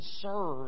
serve